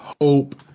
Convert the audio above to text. hope